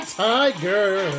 tiger